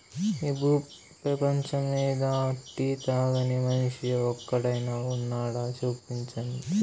ఈ భూ పేపంచమ్మీద టీ తాగని మనిషి ఒక్కడైనా వున్నాడా, చూపించు